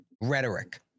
rhetoric